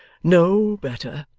no better.